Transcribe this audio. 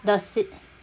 the s~